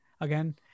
again